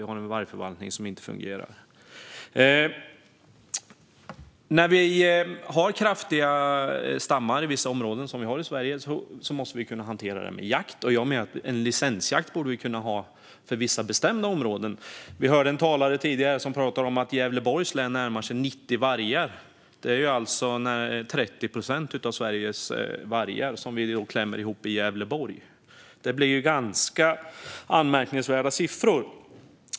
Har vi mycket varg i vissa områden måste det hanteras med jakt, och vi borde kunna ha licensjakt i vissa bestämda områden. En tidigare talare nämnde att det närmar sig 90 vargar i Gävleborgs län, vilket alltså är 30 procent av Sveriges vargar. Det är anmärkningsvärda siffror.